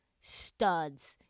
studs